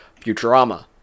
Futurama